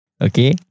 Okay